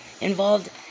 involved